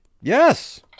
Yes